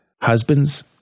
Husbands